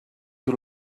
you